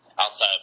outside